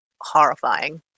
horrifying